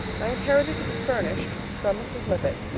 i inherited it, furnished, from mrs. lippett.